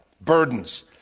Burdens